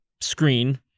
screen